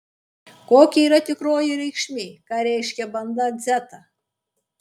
kokia yra tikroji reikšmė ką reiškia banda dzeta